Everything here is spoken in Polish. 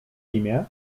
imię